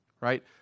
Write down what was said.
right